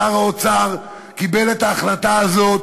שר האוצר קיבל את ההחלטה הזאת